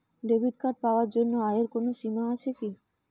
Debit card পাওয়ার জন্য আয়ের কোনো সীমা আছে কি?